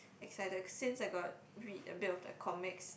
excited since I got read a bit of the comics